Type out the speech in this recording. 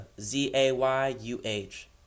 Z-A-Y-U-H